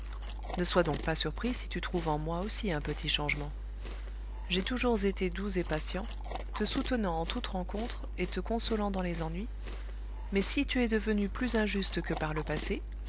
ne sois donc pas surpris si tu trouves en moi aussi un petit changement j'ai toujours été doux et patient te soutenant en toute rencontre et te consolant dans les ennuis mais si tu es devenu plus injuste que par le passé